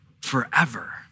forever